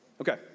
Okay